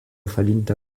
falinta